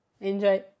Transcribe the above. Enjoy